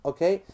Okay